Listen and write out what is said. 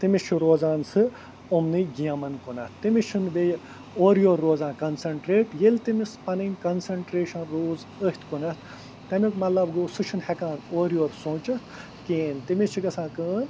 تٔمِس چھِ روزان سُہ یِمنُے گیمَن کُنَتھ تٔمِس چھُنہٕ بیٚیہِ اورٕ یورٕ روزان کَنسَنٹریٹ ییٚلہِ تٔمِس پَنٕنی کَنسَنٹریشَن روٗز أتھۍ کُنَتھ تَمیُک مطلب گوٚو سُہ چھُنہٕ ہٮ۪کان اورٕ یور سوٗنچِتھ کِہیٖنۍ تٔمِس چھِ گژھان کٲم